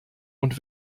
und